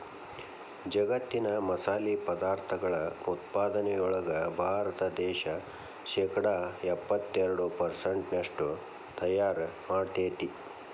ಜಗ್ಗತ್ತಿನ ಮಸಾಲಿ ಪದಾರ್ಥಗಳ ಉತ್ಪಾದನೆಯೊಳಗ ಭಾರತ ದೇಶ ಶೇಕಡಾ ಎಪ್ಪತ್ತೆರಡು ಪೆರ್ಸೆಂಟ್ನಷ್ಟು ತಯಾರ್ ಮಾಡ್ತೆತಿ